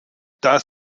das